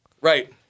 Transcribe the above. Right